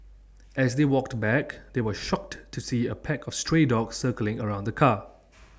as they walked back they were shocked to see A pack of stray dogs circling around the car